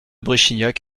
bréchignac